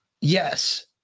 yes